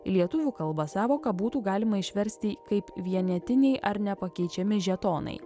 lietuvių kalba sąvoką būtų galima išversti kaip vienetiniai ar nepakeičiami žetonai